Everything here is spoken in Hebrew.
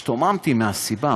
השתוממתי מהסיבה.